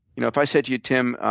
you know if i said to you, tim,